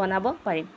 বনাব পাৰিম